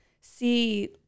see